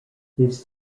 this